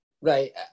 Right